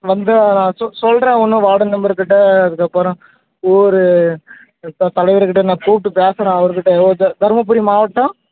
வந்து நான் சொல்கிறேன் ஒன்று வார்டு மெம்பர் கிட்ட அதுக்கப்புறம் ஊரு தலைவர் கிட்ட நான் கூப்பிட்டு பேசகிறேன் அவருகிட்ட தருமபுரி மாவட்டம்